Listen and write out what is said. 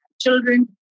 children